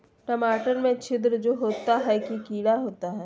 टमाटर में छिद्र जो होता है किडा होता है?